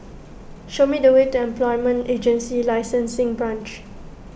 show me the way to Employment Agency Licensing Branch